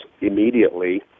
immediately